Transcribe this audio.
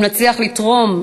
אם נצליח לתרום,